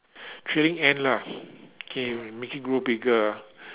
trailing end lah K it make it grow bigger ah